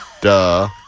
Duh